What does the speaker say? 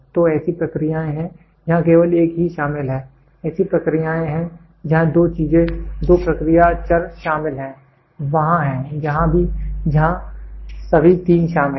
तो ऐसी प्रक्रियाएं हैं जहां केवल एक ही शामिल है ऐसी प्रक्रियाएं हैं जहां दो चीजें दो प्रक्रिया चर शामिल हैं वहां हैं जहां सभी तीन शामिल हैं